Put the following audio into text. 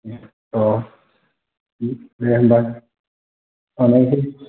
अ दे होम्बा थांनोसै